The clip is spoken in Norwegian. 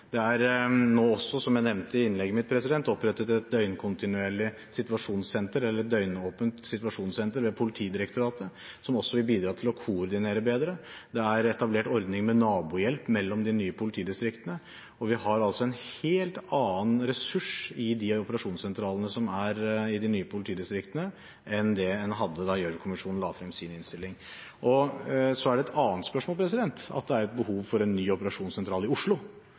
Det er nå også, som jeg nevnte i innlegget mitt, opprettet et døgnåpent situasjonssenter ved Politidirektoratet, noe som også vil bidra til å koordinere bedre. Det er etablert ordninger med nabohjelp mellom de nye politidistriktene, og vi har en helt annen ressurs i de operasjonssentralene som er i de nye politidistriktene, enn det man hadde da Gjørv-kommisjonen la frem sin innstilling. Så er det et annet spørsmål om hvorvidt det er behov for en ny operasjonssentral i Oslo.